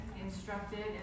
instructed